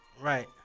Right